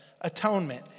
atonement